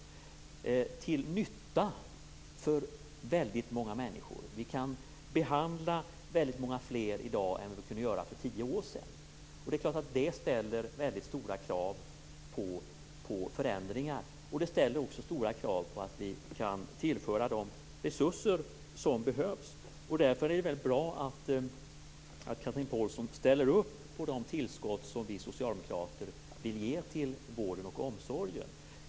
Detta har också varit till nytta för väldigt många människor. Vi kan behandla väldigt många fler i dag än vi kunde för tio år sedan. Det är klart att detta ställer väldigt stora krav på förändringar. Det ställer också stora krav på att vi kan tillföra de resurser som behövs. Därför är det väldigt bra att Chatrine Pålsson ställer upp på de tillskott som vi socialdemokrater vill ge till vården och omsorgen.